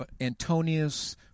Antonius